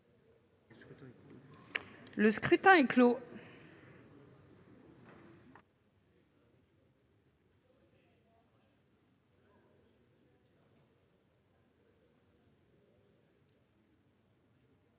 Le scrutin est clos.